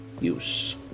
use